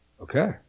Okay